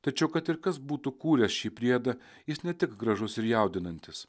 tačiau kad ir kas būtų kūręs šį priedą jis ne tik gražus ir jaudinantis